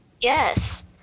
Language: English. Yes